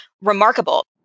remarkable